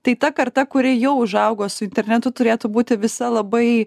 tai ta karta kuri jau užaugo su internetu turėtų būti visa labai